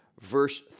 verse